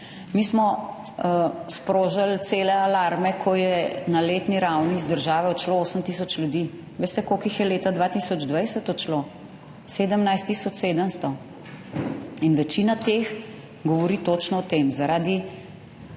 Mi smo sprožili cele alarme, ko je na letni ravni iz države odšlo 8 tisoč ljudi. Veste, koliko jih je leta 2020 odšlo? 17 tisoč 700. In večina teh govori točno o tem. Zaradi